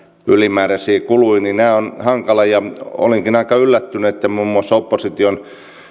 ylimääräisiä kuluja nämä ovat hankalia ja olinkin aika yllättynyt että muun muassa näissä opposition